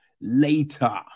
later